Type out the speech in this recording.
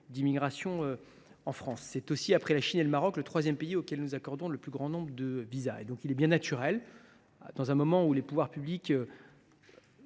d’immigration en France. C’est aussi, après la Chine et le Maroc, le troisième pays auquel nous accordons le plus grand nombre de visas. Il est donc bien naturel, dans un moment où les pouvoirs publics,